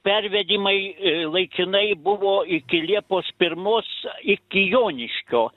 pervedimai laikinai buvo iki liepos pirmos iki joniškio